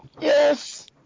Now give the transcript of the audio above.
Yes